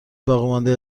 باقیمانده